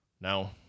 Now